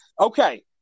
Okay